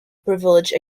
privilege